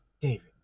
David